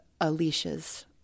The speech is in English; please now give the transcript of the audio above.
Alicia's